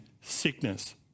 sickness